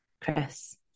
Chris